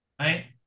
Right